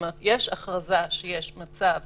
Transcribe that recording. כלומר, יש הכרזה שיש מצב